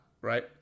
right